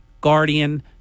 Guardian